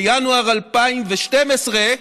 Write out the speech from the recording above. בינואר 2012,